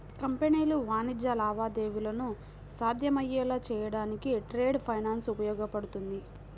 కంపెనీలు వాణిజ్య లావాదేవీలను సాధ్యమయ్యేలా చేయడానికి ట్రేడ్ ఫైనాన్స్ ఉపయోగపడుతుంది